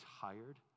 tired